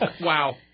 Wow